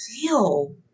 Feel